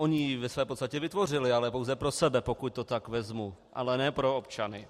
Ony ji ve své podstatě vytvořily, ale pouze pro sebe, pokud to tak vezmu, ale ne pro občany.